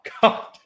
God